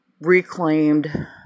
reclaimed